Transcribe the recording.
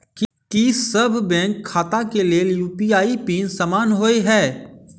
की सभ बैंक खाता केँ लेल यु.पी.आई पिन समान होइ है?